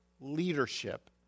leadership